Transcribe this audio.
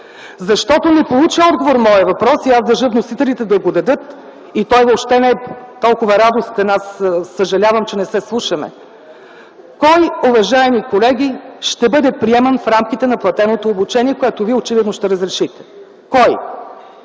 въпрос не получи отговор, аз държа вносителите да го дадат. Той въобще не е толкова радостен. Съжалявам, че не се слушаме. Кой, уважаеми колеги, ще бъде приеман в рамките на платеното обучение, което вие очевидно ще разрешите? Кой?